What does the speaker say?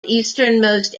easternmost